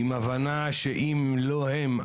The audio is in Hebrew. עם הבנה שאם לא הם,